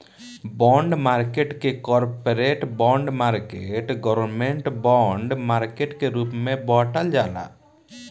bond market के corporate bond market government bond market के रूप में बॉटल जाला